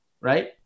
right